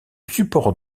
support